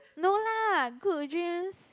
no lah good dreams